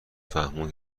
فهموند